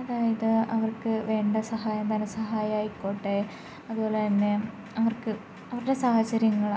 അതായത് അവർക്കു വേണ്ട സഹായം ധനസഹായമായിക്കോട്ടെ അതുപോലെതന്നെ അവർക്ക് അവരുടെ സാഹചര്യങ്ങൾ